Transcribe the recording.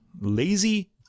Lazy